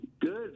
Good